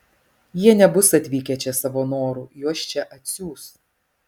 jie nebus atvykę čia savo noru juos čia atsiųs